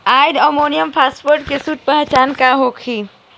Di ammonium phosphate के शुद्ध पहचान का होखे?